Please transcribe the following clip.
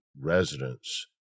residents